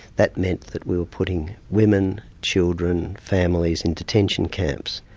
that meant that we were putting women, children, families in detention camps.